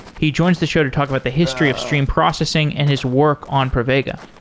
he joins the show to talk about the history of streamed processing and his work on pravega.